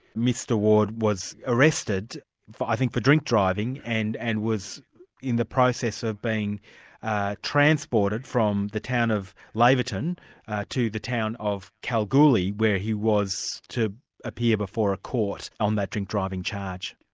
mr ward was arrested i think for drink driving, and and was in the process of being transported from the town of laverton to the town of kalgoorlie where he was to appear before a court on that drink driving charge.